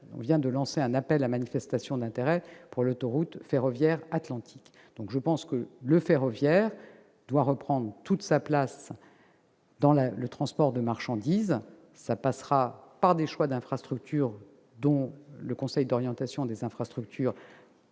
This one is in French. l'on vient de lancer un appel à manifestation d'intérêt pour l'autoroute ferroviaire atlantique. Je pense que le ferroviaire doit reprendre toute sa place dans le transport de marchandises ; cela passera par des choix en matière d'infrastructures dont le Conseil d'orientation des infrastructures est